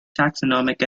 taxonomic